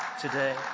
today